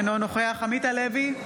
אינו נוכח עמית הלוי,